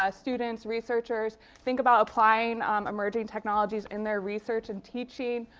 ah students, researchers think about applying um emerging technologies in their research and teaching.